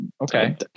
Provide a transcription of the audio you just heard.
Okay